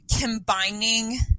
combining